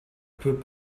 peux